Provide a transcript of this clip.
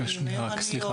מיומנויות,